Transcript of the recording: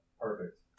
Perfect